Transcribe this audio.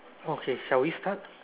okay shall we start